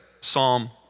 Psalm